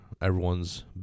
everyone's